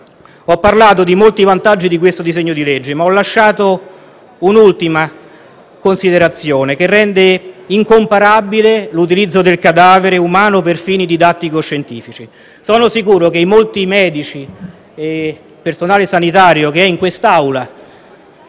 Ho parlato dei molti vantaggi del disegno di legge al nostro esame, ma ho lasciato per ultima una considerazione, che rende incomparabile l'utilizzo del cadavere umano per fini didattico-scientifici. Sono sicuro che i molti medici e il personale sanitario presenti in Aula